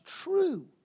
true